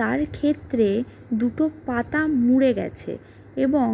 তার ক্ষেত্রে দুটো পাতা মুড়ে গেছে এবং